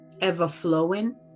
ever-flowing